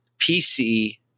PC